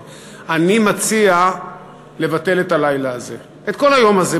אני מציע לבטל את הלילה הזה, את כל היום הזה.